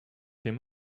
him